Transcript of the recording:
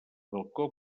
balcó